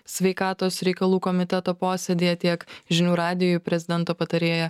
sveikatos reikalų komiteto posėdyje tiek žinių radijui prezidento patarėja